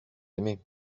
aimé